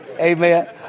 Amen